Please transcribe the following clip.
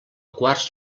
quarts